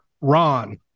Ron